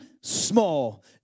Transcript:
small